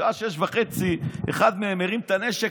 ובשעה 18:30 אחד מהם מרים את הנשק,